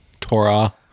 Torah